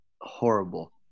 horrible